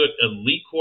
elite